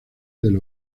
del